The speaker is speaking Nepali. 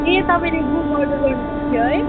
ए तपाईँले बुक अर्डर गर्नु भएको थियो है